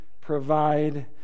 provide